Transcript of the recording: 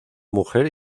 mujer